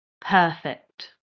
Perfect